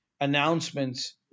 announcements